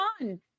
on